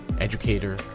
educator